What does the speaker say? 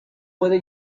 puede